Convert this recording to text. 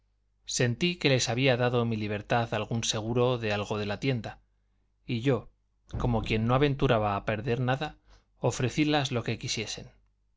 sentí que les había dado mi libertad algún seguro de algo de la tienda y yo como quien no aventuraba a perder nada ofrecílas lo que quisiesen